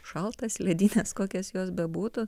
šaltas ledines kokios jos bebūtų